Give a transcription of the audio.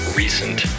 recent